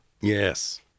yes